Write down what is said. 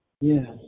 Yes